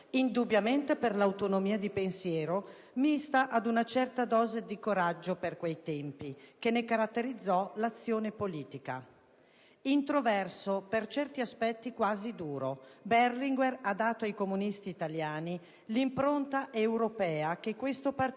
indubbiamente per l'autonomia di pensiero mista ad una certa dose di coraggio, per quei tempi, che ne caratterizzò l'azione politica. Introverso, per certi aspetti quasi duro, Berlinguer ha dato ai comunisti italiani l'impronta europea che questo partito